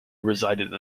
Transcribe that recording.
resided